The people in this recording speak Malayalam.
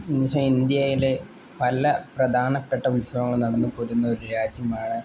എന്താണ് വെച്ചാൽ ഇന്ത്യയിൽ പല പ്രധാനപ്പെട്ട ഉത്സവങ്ങൾ നടന്ന് പോരുന്ന ഒരു രാജ്യമാണ്